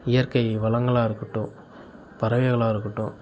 இயற்கை வளங்களாக இருக்கட்டும் பறவைகளாக இருக்கட்டும்